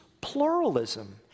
pluralism